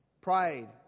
pride